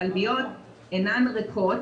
הכלביות אינן ריקות